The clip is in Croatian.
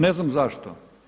Ne znam zašto.